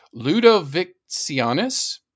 ludovicianus